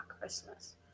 Christmas